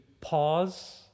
pause